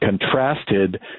contrasted